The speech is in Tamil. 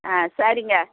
ஆ சரிங்க